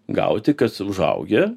gauti kas užaugę